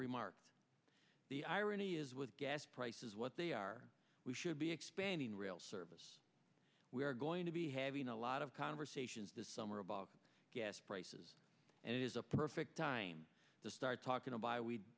remarked the irony is with gas prices what they are we should be expanding rail service we are going to be having a lot of conversations this summer about gas prices and it is a perfect time to start talking to buy we